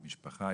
עם משפחה,